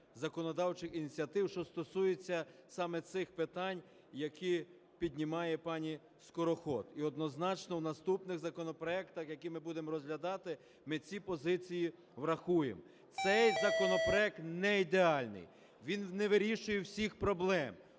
законодавчих ініціатив, що стосуються саме цих питань, які піднімає пані Скороход, і однозначно в наступних законопроектах, які ми будемо розглядати, ми ці позиції врахуємо. Цей законопроект не ідеальний, він не вирішує всіх проблем,